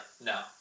no